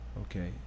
Okay